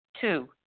Two